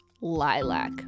Lilac